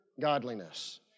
godliness